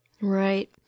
Right